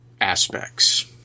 aspects